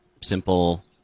simple